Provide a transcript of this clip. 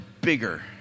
bigger